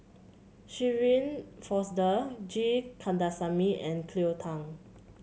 Shirin Fozdar G Kandasamy and Cleo Thang